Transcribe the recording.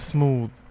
Smooth